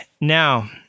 Now